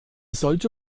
sollte